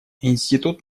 институт